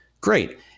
great